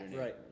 right